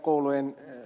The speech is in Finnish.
arvoisa puhemies